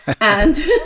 And-